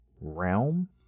realm